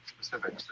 specific